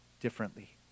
differently